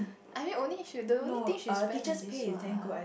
I mean only she the only thing she spend is this what